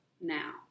now